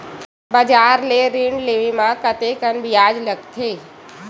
बजार ले ऋण ले म कतेकन ब्याज लगथे?